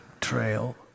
trail